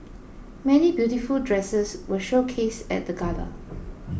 many beautiful dresses were showcased at the gala